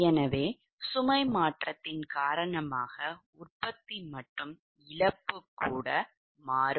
எனவே சுமை மாற்றத்தின் காரணமாக உற்பத்தி மற்றும் இழப்பு கூட மாறும்